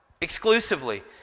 Exclusively